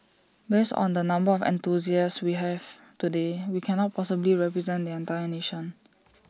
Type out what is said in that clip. based on the number of enthusiasts we have today we cannot possibly represent the entire nation